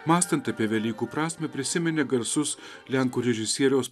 mąstant apie velykų prasmę prisiminė garsus lenkų režisieriaus